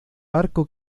barco